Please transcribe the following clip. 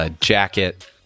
jacket